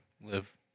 live